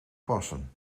passen